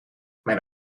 mijn